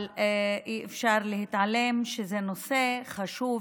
אבל אי-אפשר להתעלם מכך שזה נושא חשוב,